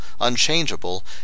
unchangeable